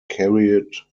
carried